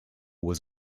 was